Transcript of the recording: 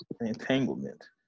entanglement